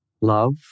love